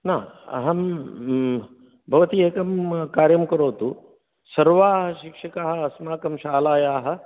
न अहं भवती एकं कार्यं करोतु सर्वाः शिक्षिकाः अस्माकं शालायाः